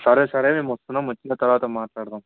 సరే సరే మేము వస్తున్నం వచ్చిన తర్వాత మాట్లాడుదాం